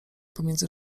pomiędzy